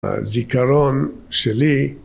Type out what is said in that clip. הזיכרון שלי